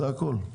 זה הכול.